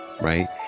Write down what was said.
right